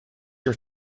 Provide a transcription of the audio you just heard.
your